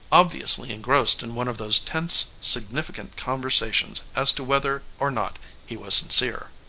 obviously engrossed in one of those tense, significant conversations as to whether or not he was sincere.